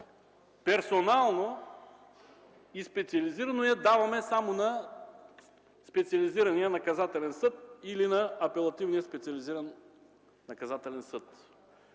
персонално и специализирано го даваме само на специализирания наказателен съд или на апелативния специализиран наказателен съд.